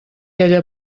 ella